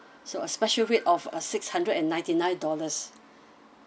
so a special rate of uh six hundred and ninety nine dollars